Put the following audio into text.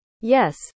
Yes